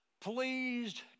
pleased